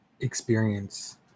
experience